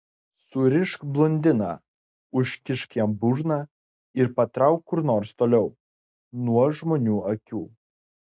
surišk blondiną užkišk jam burną ir patrauk kur nors toliau nuo žmonių akių